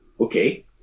okay